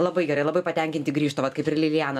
labai gerai labai patenkinti grįžta vat kaip ir lilijana